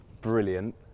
brilliant